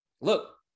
Look